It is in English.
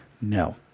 no